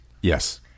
Yes